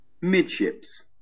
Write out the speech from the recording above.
midships